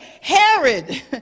Herod